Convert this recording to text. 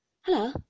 Hello